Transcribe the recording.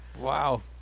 Wow